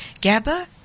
GABA